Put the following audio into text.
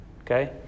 Okay